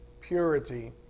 purity